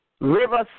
rivers